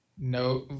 no